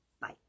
Bye